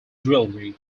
jewelry